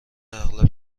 اغلب